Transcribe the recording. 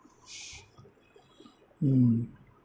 mm